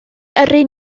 yrru